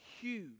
huge